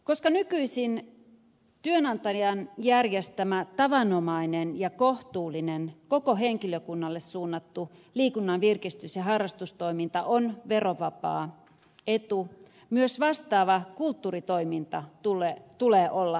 koska nykyisin työnantajan järjestämä tavanomainen ja kohtuullinen koko henkilökunnalle suunnattu liikunta virkistys ja harrastustoiminta on verovapaa etu myös vastaavan kulttuuritoiminnan tulee olla verovapaata